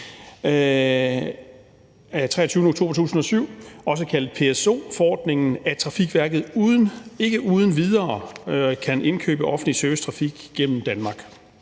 23. oktober 2007, også kaldet PSO-forordningen, at Trafikverket ikke uden videre kan indkøbe offentlig servicetrafik gennem Danmark.